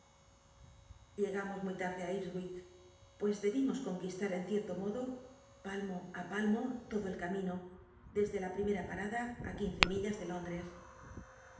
llegamos muy lardc i lpsll'ich pues debimos conquislal en cierto modo palmo í palmo lodo el camino desde la primera parada á quince millas de lóndres